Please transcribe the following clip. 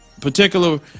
particular